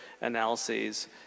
analyses